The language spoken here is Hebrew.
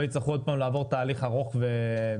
יצטרכו עוד פעם לעבור כזה תהליך ארוך ומייגע.